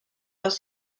los